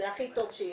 זה הכי טוב שיש.